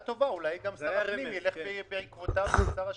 אולי גם שר הפנים ילך בעקבותיו של שר השיכון.